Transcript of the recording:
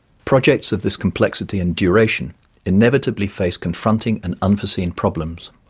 projects of this complexity and duration inevitably face confronting and unforeseen problems.